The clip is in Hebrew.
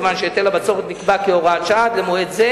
מכיוון שהיטל הבצורת נקבע כהוראת שעה עד למועד זה.